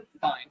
fine